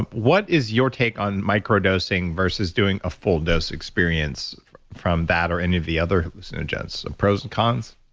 what is your take on microdosing versus doing a full dose experience from that or any of the other hallucinogens? pros and cons?